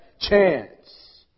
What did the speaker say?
chance